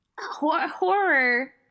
Horror